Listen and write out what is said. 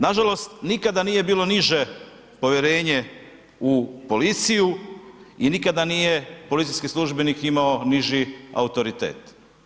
Nažalost, nikada nije bilo niže povjerenje u policiju i nikada nije policijski službenik imao niži autoritet.